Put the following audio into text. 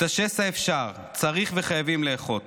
את השסע אפשר, צריך וחייבים לאחות.